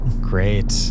Great